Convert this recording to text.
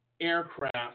aircraft